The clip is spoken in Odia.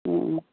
ହୁଁ